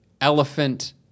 elephant